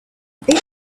bit